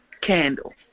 candle